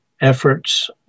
efforts